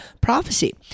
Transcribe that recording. prophecy